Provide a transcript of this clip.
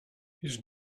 his